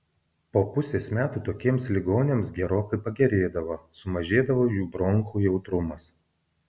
po pusės metų tokiems ligoniams gerokai pagerėdavo sumažėdavo jų bronchų jautrumas